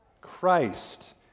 Christ